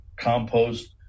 compost